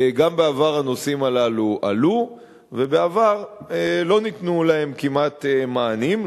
גם בעבר הנושאים הללו עלו ולא ניתנו להם כמעט מענים,